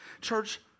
church